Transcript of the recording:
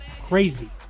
crazy